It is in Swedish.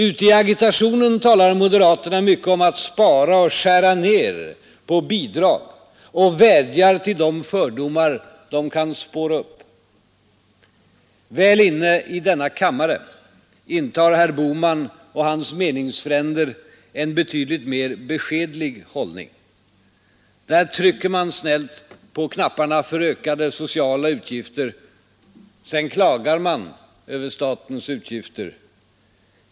Ute i agitationen talar moderaterna mycket om att spara och skära ned på bidrag och vädjar till de fördomar de kan spåra upp. Väl inne i denna kammare intar herr Bohman och hans meningsfränder en betydligt mer beskedlig hållning. Där trycker man snällt på knapparna för ökade sociala kostnader. Sedan klagar man över statens utgifter.